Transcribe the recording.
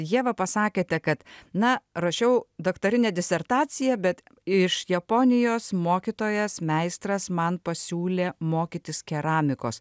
ieva pasakėte kad na ruošiau daktarinę disertaciją bet iš japonijos mokytojas meistras man pasiūlė mokytis keramikos